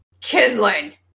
Kinlan